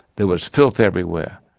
there was filth everywhere,